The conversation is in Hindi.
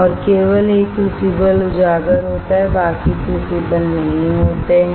और केवल एक क्रूसिबल एक्सपोज होता है बाकी क्रूसिबल नहीं होते हैं